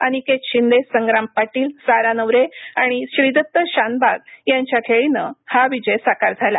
अनिकेत शिंदे संग्राम पाटील सारा नवरे आणि श्रीदत्त शानबाग यांच्या खेळीनं हा विजय साकार झाला